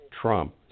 Trump